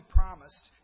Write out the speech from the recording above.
promised